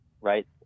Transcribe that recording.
right